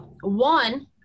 one